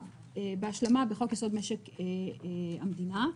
בהשלמה בחוק-יסוד: משק המדינה,